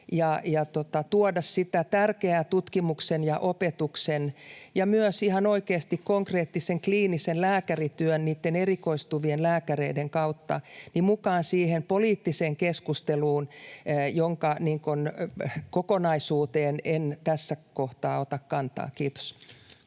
ja tuoda sitä tärkeää tutkimusta ja opetusta ja myös ihan oikeasti konkreettista kliinistä lääkärin työtä niitten erikoistuvien lääkäreiden kautta mukaan siihen poliittiseen keskusteluun, jonka kokonaisuuteen en tässä kohtaa ota kantaa. — Kiitos.